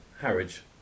Harwich